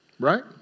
right